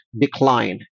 decline